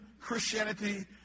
Christianity